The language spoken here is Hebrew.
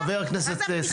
חה"כ בן ארי, תודה.